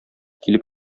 килеп